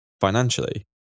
financially